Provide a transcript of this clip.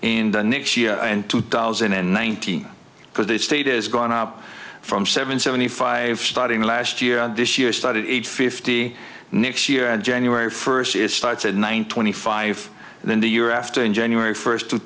in the next year and two thousand and nineteen because the state is gone up from seven seventy five starting last year and this year started eight fifty next year and january first is starts at nine twenty five and then the year after in january first two